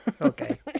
Okay